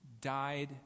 died